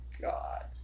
God